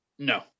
no